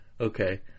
Okay